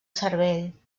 cervell